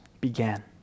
began